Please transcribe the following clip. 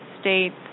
States